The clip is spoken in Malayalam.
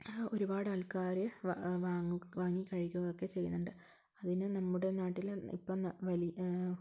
ഒരുപാട് ആൾക്കാർ വാങ്ങും വാങ്ങി കഴിക്കുകയൊക്കെ ചെയ്യുന്നുണ്ട് അതിന് നമ്മുടെ നാട്ടിൽ ഇപ്പം വലിയ